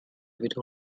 wieder